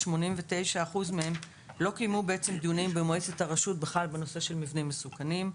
89 אחוזים מהן כלל לא קיימו דיונים במועצת הרשות בנושא של מבנם מסוכנים.